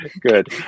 Good